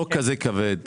חוק כזה כבד,